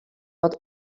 wat